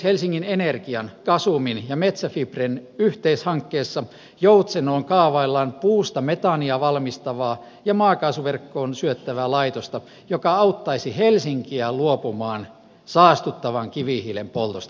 helsingin energian gasumin ja metsä fibren yhteishankkeessa joutsenoon kaavaillaan puusta metaania valmistavaa ja maakaasuverkkoon syöttävää laitosta joka auttaisi helsinkiä luopumaan saastuttavan kivihiilen poltosta